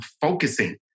focusing